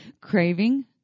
craving